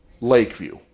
Lakeview